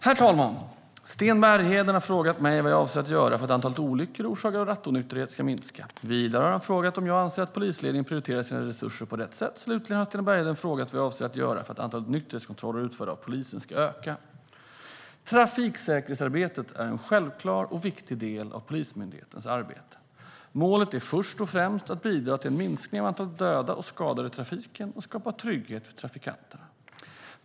Herr talman! Sten Bergheden har frågat mig vad jag avser att göra för att antalet olyckor orsakade av rattonykterhet ska minska. Vidare har han frågat om jag anser att polisledningen prioriterar sina resurser på rätt sätt. Slutligen har Sten Bergheden frågat vad jag avser att göra för att antalet nykterhetskontroller utförda av polisen ska öka. Trafiksäkerhetsarbetet är en självklar och viktig del av Polismyndighetens arbete. Målet är först och främst att bidra till en minskning av antalet döda och skadade i trafiken och att skapa trygghet för trafikanterna.